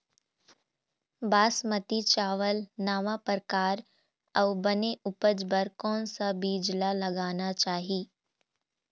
बासमती चावल नावा परकार अऊ बने उपज बर कोन सा बीज ला लगाना चाही?